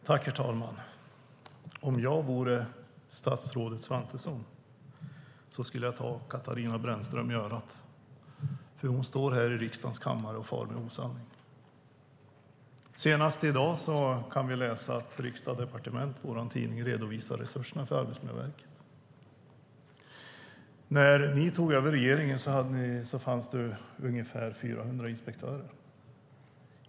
Herr talman! Om jag vore statsrådet Svantesson skulle jag ta Katarina Brännström i örat, för hon står här i riksdagens kammare och far med osanning. Senast i dag kan vi läsa att Riksdag & Departement, vår tidning, redovisar resurserna för Arbetsmiljöverket. När ni tog över regeringsmakten fanns det ungefär 400 inspektörer.